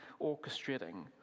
orchestrating